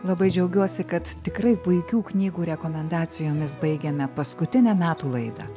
labai džiaugiuosi kad tikrai puikių knygų rekomendacijomis baigiame paskutinę metų laidą